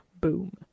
Boom